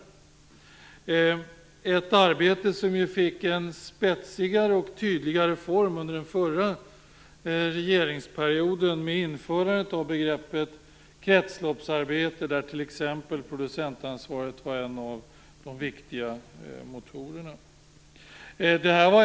Detta arbete fick en spetsigare och tydligare form under den förra regeringsperioden genom införandet av begreppet kretsloppsarbete, där t.ex. producentansvaret var en av de viktiga motorerna. Fru talman!